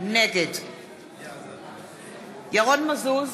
נגד ירון מזוז,